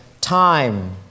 time